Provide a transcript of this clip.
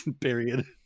Period